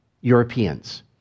Europeans